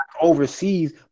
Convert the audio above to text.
overseas